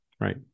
Right